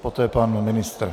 Poté pan ministr.